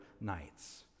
nights